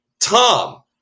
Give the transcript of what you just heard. Tom